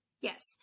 yes